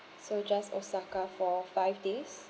so just osaka for five days